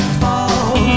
fall